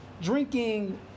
drinking